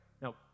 Now